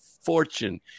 fortune